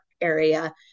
area